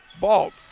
Balt